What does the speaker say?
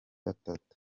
atatu